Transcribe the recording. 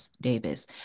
Davis